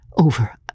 over